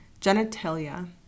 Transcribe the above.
genitalia